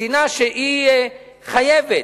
מדינה שחייבת,